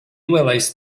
welaist